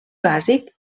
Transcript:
bàsic